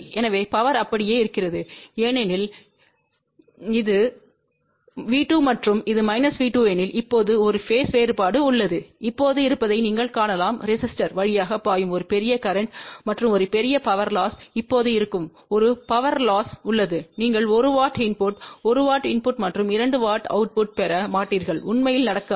எனவே பவர் அப்படியே இருக்கிறது ஏனெனில் இது V2மற்றும் இது V2எனில் இப்போது ஒரு பேஸ் வேறுபாடு உள்ளது இப்போது இருப்பதைநீங்கள் காணலாம் ரெசிஸ்டோர் வழியாக பாயும் ஒரு பெரிய கரேன்ட் மற்றும் ஒரு பெரிய பவர் லொஸ் எப்போது இருக்கும் ஒரு பவர் லொஸ் உள்ளது நீங்கள் 1 W இன்புட் 1 W இன்புட் மற்றும் 2 W அவுட்புட்ப் பெற மாட்டீர்கள் உண்மையில் நடக்காது